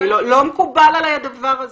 לא מקובל עליי הדבר הזה.